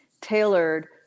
tailored